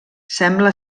sembla